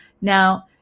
Now